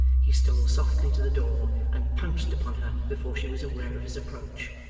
he stole softly to the door, and pounced upon her before she was aware of his approach.